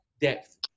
depth